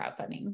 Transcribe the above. crowdfunding